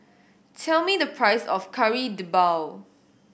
tell me the price of Kari Debal